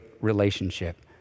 relationship